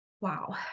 Wow